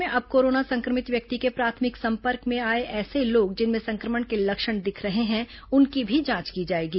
प्रदेश में अब कोरोना संक्रमित व्यक्ति के प्राथमिक संपर्क में आए ऐसे लोग जिनमें संक्रमण के लक्षण दिख रहे हैं उनकी भी जांच की जाएगी